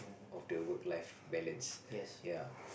of the work life balance yea